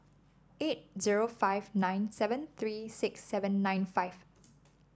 eight zero five nine seven three six seven nine five